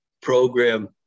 program